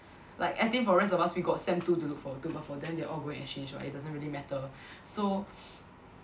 like I think for rest of us we got sem two to look forward to but for them they all going exchange [what] it doesn't really matter so